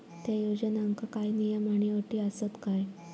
त्या योजनांका काय नियम आणि अटी आसत काय?